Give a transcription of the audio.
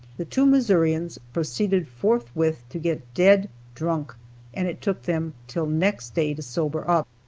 the two missourians proceeded forthwith to get dead drunk and it took them till next day to sober up.